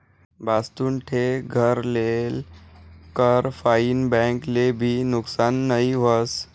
भाजतुन ठे घर लेल कर फाईन बैंक ले भी नुकसान नई व्हस